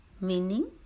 Meaning